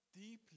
deeply